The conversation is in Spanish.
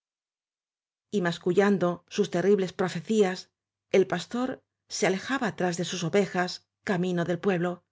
maldición y mascullando sus terribles profecías el pastor se alejaba tras de sus ovejas camino del pueblo